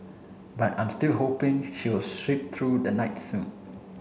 but I'm still hoping she will sheep through the night soon